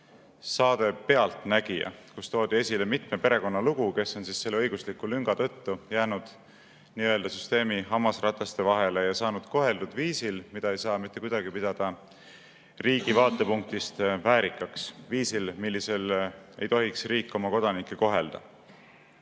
saade "Pealtnägija", kus toodi esile mitme perekonna lugu, kes on selle õigusliku lünga tõttu jäänud süsteemi hammasrataste vahele ja saanud koheldud viisil, mida ei saa mitte kuidagi pidada riigi vaatepunktist väärikaks, viisil, kuidas riik ei tohiks oma kodanikke kohelda.